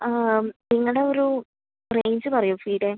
നിങ്ങളുടെ ഒരു റേഞ്ച് പറയാമോ ഫീയുടെ